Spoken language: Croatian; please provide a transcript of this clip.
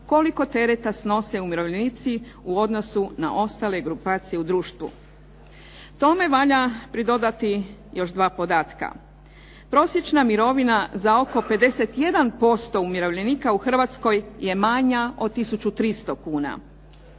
koliko tereta snose umirovljenici u odnosu na ostale grupacije u društvu. Tome valja pridodati još dva podatka. Prosječna mirovina za oko 51% umirovljenika u Hrvatskoj je manja od 1300 kuna.